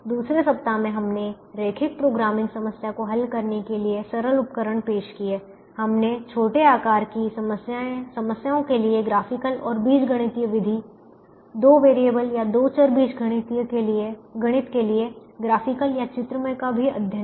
दूसरे सप्ताह में हमने रैखिक प्रोग्रामिंग समस्या को हल करने के लिए सरल उपकरण पेश किए हमने छोटे आकार की समस्याओं के लिए ग्राफिकल और बीजगणितीय विधि दो वेरिएबल या दो चर बीजगणित के लिए ग्राफिकलचित्रमय का भी अध्ययन किया